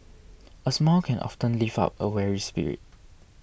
a smile can often lift up a weary spirit